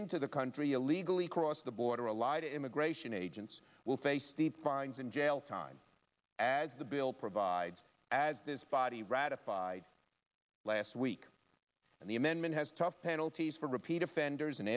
into the country illegally cross the border allied immigration agents will face the pines and jail time as the bill provides as this body ratified last week and the amendment has tough penalties for repeat offenders an